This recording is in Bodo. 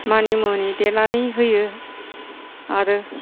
मानिमुनि देनानै होयो आरो